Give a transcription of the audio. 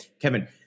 Kevin